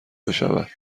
بشود